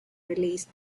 released